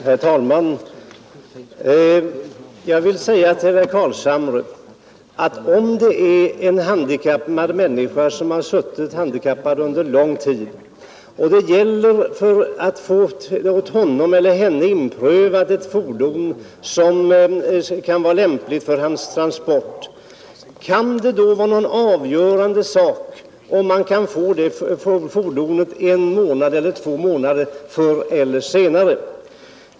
Herr talman! Jag vill fråga herr Carlshamre: Om det gäller en människa som suttit handikappad under lång tid och det är fråga om att åt honom eller henne pröva in ett lämpligt fordon, kan det då vara avgörande om han eller hon kan få detta fordon en eller två månader förr eller senare?